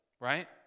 right